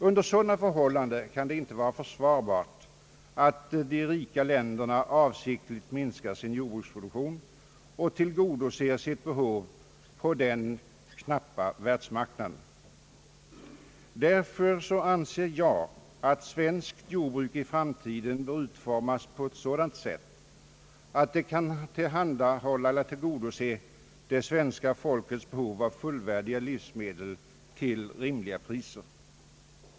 Under sådana förhållanden kan det inte vara försvarbart att de rika länderna avsiktligt minskar sin jordbruksproduktion och tillgodoser sitt behov av livsmedel på den knappa världsmarknaden. Därför anser jag att svenskt jordbruk i framtiden bör utformas på ett sådant sätt att det kan tillgodose svenska folkets behov av fullvärdiga livsmedel till rimliga priser.